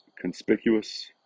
conspicuous